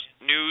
news